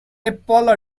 apple